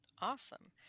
Awesome